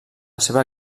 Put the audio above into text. seva